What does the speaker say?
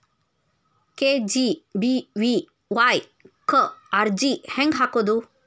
KGBVY ಕ್ಕ ಅರ್ಜಿ ಹೆಂಗ್ ಹಾಕೋದು?